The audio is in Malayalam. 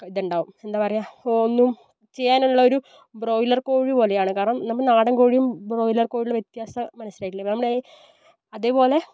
ഇത് ഉണ്ടാവും എന്താ പറയുക ഒന്നും ചെയ്യാനുള്ള ഒരു ബ്രോയിലർ കോഴിപോലെയാണ് കാരണം നമ്മുടെ നാടൻ കോഴിയും ബ്രോയിലർ കോഴിയുള്ള വ്യത്യാസം മനസ്സിലായിട്ടില്ലേ നമ്മളീ അതേപോലെ